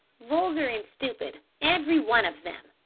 vulgar and stupid, every one of them,